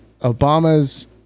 Obama's